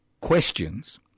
questions